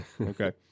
Okay